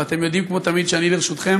ואתם יודעים כמו תמיד שאני לרשותכם.